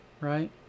right